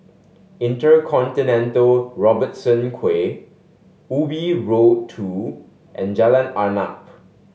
InterContinental Robertson Quay Ubi Road Two and Jalan Arnap